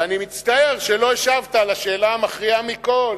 ואני מצטער שלא השבת על השאלה המכריעה מכול,